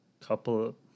couple